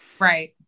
Right